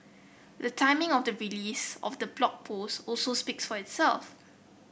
the timing of the release of the Blog Post also speaks for itself